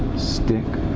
stick.